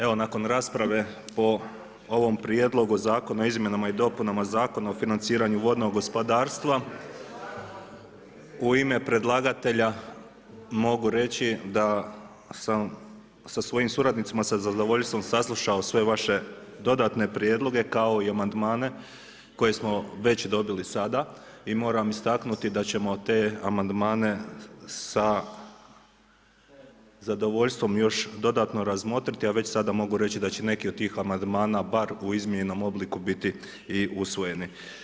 Evo, nakon rasprave o ovom Prijedlogu zakona o izmjenama i dopunama Zakona o financiranju vodnog gospodarstva u ime predlagatelja mogu reći da sam sa svojim radnicima sa zadovoljstvom saslušao sve vaše dodatne prijedloge kao i amandmane koje smo već dobili sada i moram istaknuti da ćemo te amandmane sa zadovoljstvom još dodatno razmotriti a već sada mogu reći da neki od tih amandmana barem u izmijenjenom obliku biti i usvojeni.